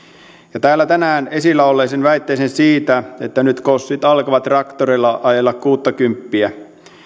täällä tänään esillä olleisiin väitteisiin siitä että nyt kossit alkavat traktorilla ajella kuuttakymppiä